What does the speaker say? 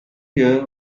here